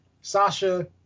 Sasha